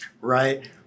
Right